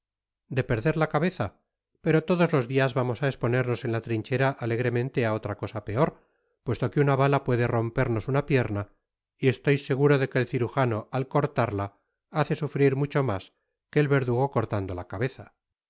de perder la cabeza pero todos los dias vamos á esponernos en la trinchera alegremente á otra cosa peor puesto que una bala puede rompernos una pierna y estoy seguro de que el cirujano al cortarla hace sufrir mucho mas que el verdugo cortando la cabeza